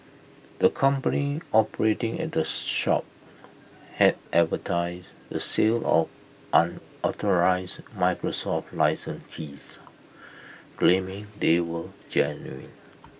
the company operating at this shop had advertised the sale of unauthorised Microsoft licence keys claiming they were genuine